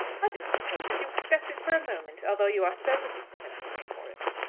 i do not suppose that you expect it for a moment, although you are so persistent in asking for it.